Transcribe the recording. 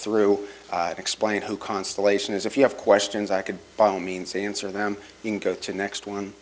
through explain who constellation is if you have questions i could borrow means answer them you can go to the next one